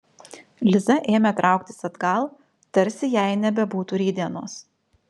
liza ėmė trauktis atgal tarsi jai nebebūtų rytdienos